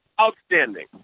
Outstanding